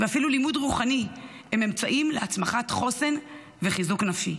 ואפילו לימוד רוחני הם אמצעים להצמחת חוסן וחיזוק נפשי.